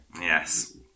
Yes